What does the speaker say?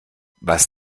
was